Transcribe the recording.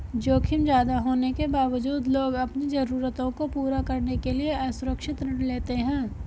जोखिम ज्यादा होने के बावजूद लोग अपनी जरूरतों को पूरा करने के लिए असुरक्षित ऋण लेते हैं